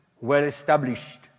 well-established